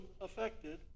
affected